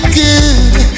good